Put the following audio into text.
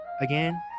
again